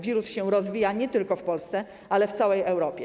Wirus się rozwija nie tylko w Polsce, ale także w całej Europie.